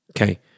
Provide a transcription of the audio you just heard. okay